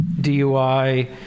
DUI